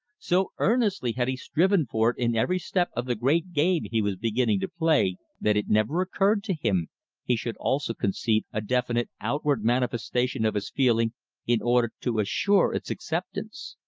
so earnestly had he striven for it in every step of the great game he was beginning to play, that it never occurred to him he should also concede a definite outward manifestation of his feeling in order to assure its acceptance.